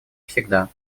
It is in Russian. всегда